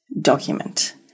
document